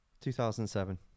2007